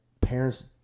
parents